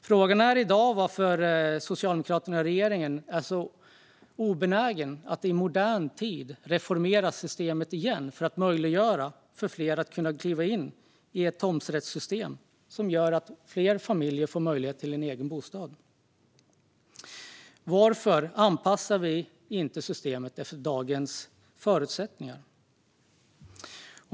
Frågan är varför Socialdemokraterna och regeringen i dag är så obenägna att i modern tid reformera systemet igen för att möjliggöra för fler familjer att kliva in i ett tomträttssystem som gör att de får möjlighet till en egen bostad. Varför anpassar vi inte systemet efter dagens förutsättningar?